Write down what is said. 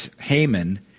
Haman